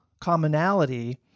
commonality